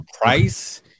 price